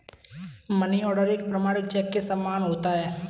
money order एक प्रमाणिक cheque के समान होता है